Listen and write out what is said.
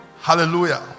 Hallelujah